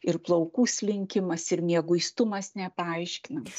ir plaukų slinkimas ir mieguistumas nepaaiškinamas